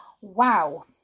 Wow